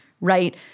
right